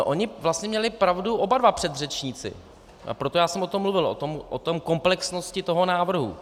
Oni vlastně měli pravdu oba dva předřečníci, a proto já jsem o tom mluvil, o té komplexnosti toho návrhu.